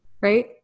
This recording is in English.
Right